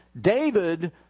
David